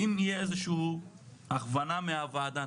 אם תהיה הכוונה מהוועדה,